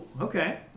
okay